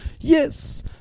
Yes